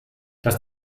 dass